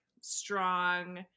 strong